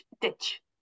ditch